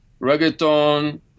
reggaeton